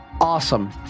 Awesome